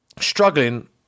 struggling